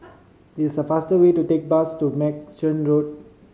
it's the faster way to take bus to Merchant Road